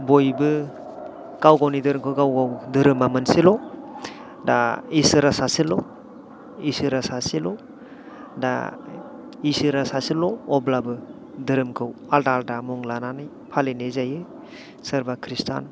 बयबो गाव गावनि दोहोरोमखौ गाव गाव दोहोरोमा मोनसेल' दा इसोरा सासेल' इसोरा सासेल' दा इसोरा सासेल' अब्लाबो दोहोरोमखौ आलदा आलदा मुं लानानै फालिनाय जायो सोरबा खृष्टान